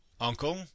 Uncle